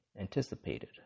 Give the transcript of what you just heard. anticipated